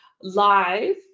live